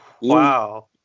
Wow